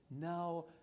Now